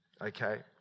Okay